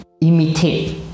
imitate